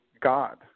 God